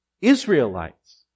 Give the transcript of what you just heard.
Israelites